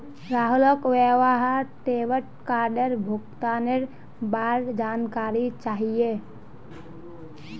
राहुलक वहार डेबिट कार्डेर भुगतानेर बार जानकारी चाहिए